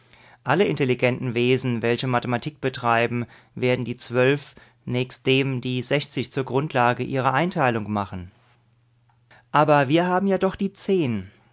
alle intelligenten wesen welche mathematik treiben werden die zwölf nächst dem die zur grundlage ihrer einteilungen machen aber wir haben ja doch die zehn